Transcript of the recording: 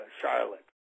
Charlotte